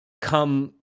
come